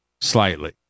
slightly